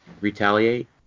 retaliate